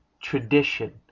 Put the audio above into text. tradition